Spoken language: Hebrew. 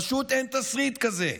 פשוט אין תסריט כזה.